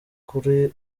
kuri